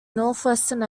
northwestern